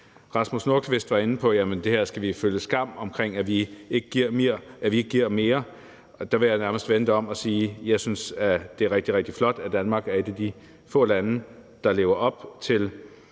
Rasmus Nordqvist var inde på, at vi skal føle skam over, at vi ikke giver mere, men der vil jeg nærmest vende det om og sige, at jeg synes, at det er rigtig, rigtig flot, at Danmark er et af de få lande, der lever op til